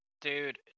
Dude